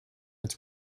its